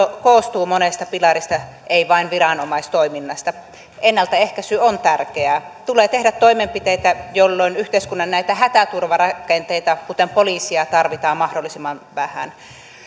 koostuu monesta pilarista ei vain viranomaistoiminnasta ennaltaehkäisy on tärkeää tulee tehdä toimenpiteitä jolloin yhteiskunnan hätäturvarakenteita kuten poliisia tarvitaan mahdollisimman vähän